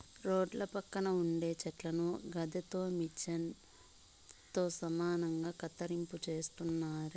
రోడ్ల పక్కన ఉండే చెట్లను గదేదో మిచన్ తో సమానంగా కత్తిరింపు చేస్తున్నారే